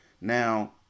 Now